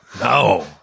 No